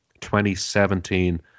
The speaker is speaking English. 2017